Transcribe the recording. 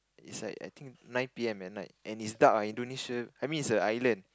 is like I think nine p_m at night and it's dark ah Indonesia I mean it's a island